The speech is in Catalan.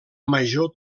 major